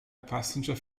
passenger